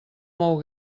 mou